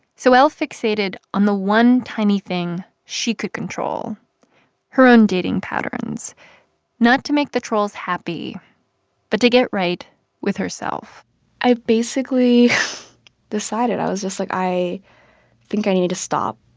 so l fixated on the one tiny thing she could control her own dating patterns not to make the trolls happy but to get right with herself l i'd basically decided i was just like, i think i need to stop